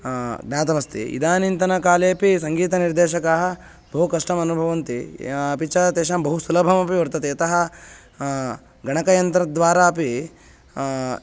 ज्ञातमस्ति इदानीन्तनकालेपि सङ्गीतनिर्देशकाः बहु कष्टमनुभवन्ति अपि च तेषां बहु सुलभमपि वर्तते यतः गणकयन्त्रद्वारा अपि